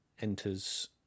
enters